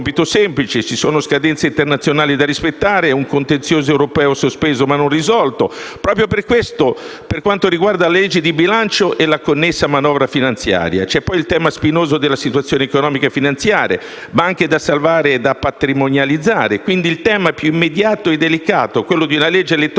il tema più immediato e delicato, quello di una legge elettorale